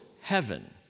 heaven